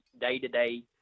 day-to-day